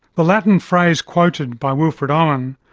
the latin phrase quoted by wilfred um owen,